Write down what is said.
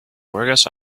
workers